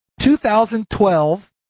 2012